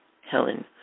Helen